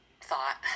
thought